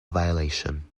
violation